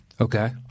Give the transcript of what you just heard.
Okay